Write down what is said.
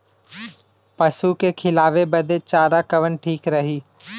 पशु के खिलावे बदे चारा कवन ठीक रही?